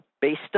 based